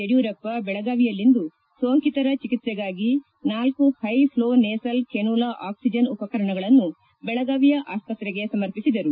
ಯಡಿಯೂರಪ್ಪ ಬೆಳಗಾವಿಯಲ್ಲಿಂದು ಸೋಂಕಿತರ ಚಿಕಿತ್ಸೆಗಾಗಿ ನಾಲ್ಕು high flow nasal cannula oxygen ಉಪಕರಣಗಳನ್ನು ಬೆಳಗಾವಿಯ ಆಸ್ಪತ್ರೆಗೆ ಸಮರ್ಪಿಸಿದರು